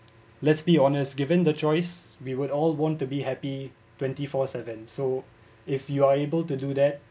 let's be honest given the choice we would all want to be happy twenty four seven so if you are able to do that